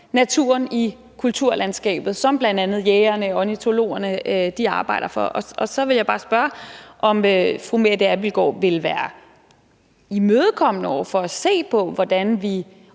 naturen i kulturlandskabet, som bl.a. jægerne og ornitologerne arbejder for. Så vil jeg bare spørge, om fru Mette Abildgaard vil være imødekommende over for at se på, hvordan vi